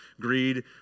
Greed